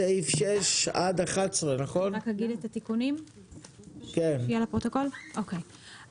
מסעיף 6 עד סעיף 11. אני רק אומר לפרוטוקול את